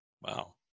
wow